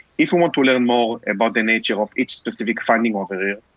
if we want to learn more about the nature of each specific finding over there,